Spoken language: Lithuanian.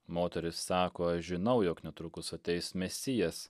moteris sako aš žinau jog netrukus ateis mesijas